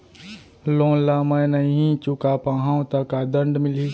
Loan ला मैं नही चुका पाहव त का दण्ड मिलही?